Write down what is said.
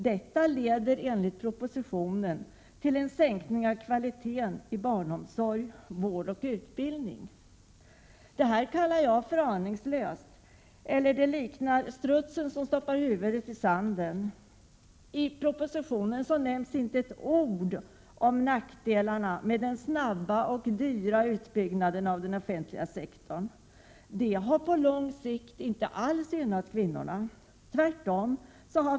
Detta leder, enligt propositionen, till en sänkning av kvaliteten i barnomsorg, vård och utbildning. Detta är aningslöst. Med andra ord liknar det strutsen som stoppar huvudet i sanden. I propositionen nämns inte ett ord om nackdelarna med den snabba och dyra utbyggnaden av den offentliga sektorn. Detta har på lång sikt inte alls gynnat kvinnorna.